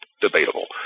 debatable